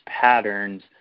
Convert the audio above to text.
patterns